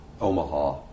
Omaha